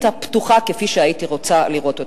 הפתוחה כפי שהייתי רוצה לראות אותה.